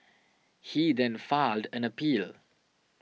he then filed an appeal